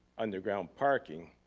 underground parking